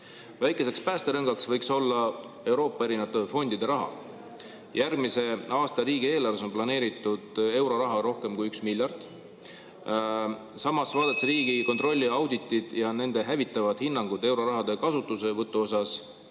tuge. Väikeseks päästerõngaks võiks olla Euroopa erinevate fondide raha. Järgmise aasta riigieelarves on planeeritud euroraha rohkem kui 1 miljard. Samas, kui vaadata Riigikontrolli auditeid ja nende hävitavat hinnangut euroraha kasutuselevõtu